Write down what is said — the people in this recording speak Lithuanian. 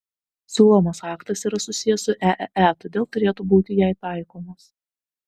siūlomas aktas yra susijęs su eee todėl turėtų būti jai taikomas